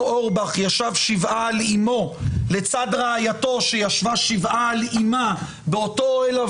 אורבך ישב שבעה על אמו לצד אמו שישבה שבעה על אמה באותו אוהל,